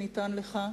שניתן לך,